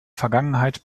vergangenheit